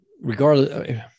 regardless